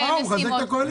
הוא מחזק את הקואליציה,